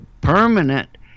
permanent